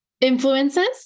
influences